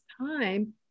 time